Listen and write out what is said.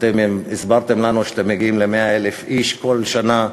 אתם הסברתם לנו שאתם מגיעים ל-100,000 איש כל שנה,